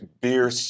Beer